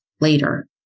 later